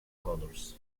colors